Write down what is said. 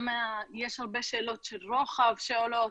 יש הרבה שאלות רוחב שעולות,